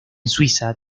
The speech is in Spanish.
suiza